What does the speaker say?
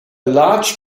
large